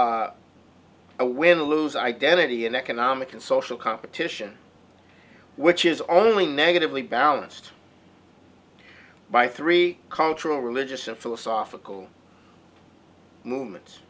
a win lose identity in economic and social competition which is only negatively balanced by three cultural religious and philosophical movement